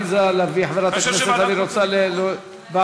חברת הכנסת לביא רוצה ועדה?